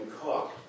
cook